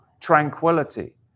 tranquility